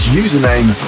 username